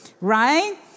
right